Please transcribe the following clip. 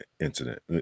incident